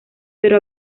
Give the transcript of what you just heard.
pero